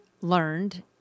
learned